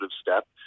step